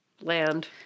land